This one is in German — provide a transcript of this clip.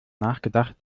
nachgedacht